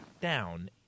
down